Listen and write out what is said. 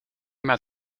met